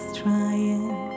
trying